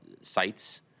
sites